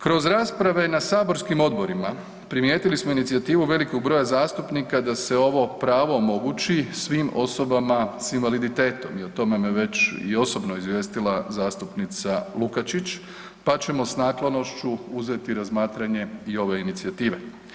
Kroz rasprave na saborskim odborima primijetili smo inicijativu velikog broja zastupnika da se ovo pravo omogući svim osobama s invaliditetom i o tome me već i osobno izvijestila zastupnica Lukačić, pa ćemo s naklonošću uzeti i razmatranje i ove inicijative.